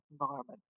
environment